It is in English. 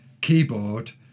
keyboard